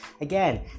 Again